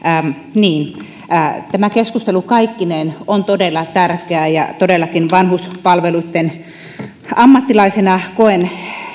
niin tämä keskustelu kaikkinensa on todella tärkeä ja todellakin vanhuspalveluitten ammattilaisena koen